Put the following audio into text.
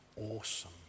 awesome